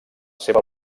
seva